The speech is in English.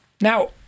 Now